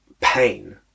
pain